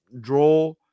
draw